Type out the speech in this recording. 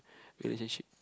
relationship